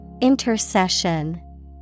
Intercession